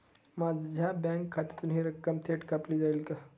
माझ्या बँक खात्यातून हि रक्कम थेट कापली जाईल का?